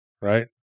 right